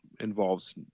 involves –